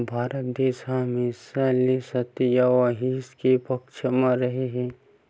भारत देस ह हमेसा ले सांति अउ अहिंसा के पक्छ म रेहे हे